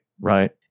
right